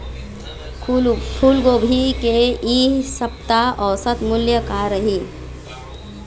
फूलगोभी के इ सप्ता औसत मूल्य का रही?